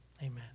Amen